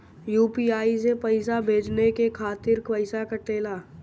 UPI से पइसा भेजने के खातिर पईसा कटेला?